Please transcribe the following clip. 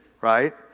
right